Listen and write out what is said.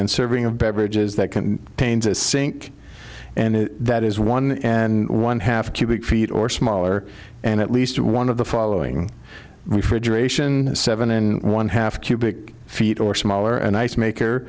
and serving of beverages that can paint a sink and that is one and one half cubic feet or smaller and at least one of the following we fridge ration seven and one half cubic feet or smaller an ice maker